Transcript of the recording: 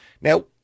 Now